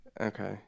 Okay